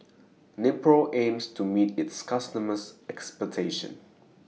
Nepro aims to meet its customers' expectations